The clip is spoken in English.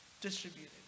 distributed